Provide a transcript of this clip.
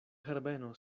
herbeno